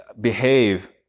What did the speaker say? behave